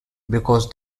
because